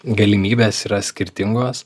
galimybės yra skirtingos